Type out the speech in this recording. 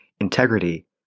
integrity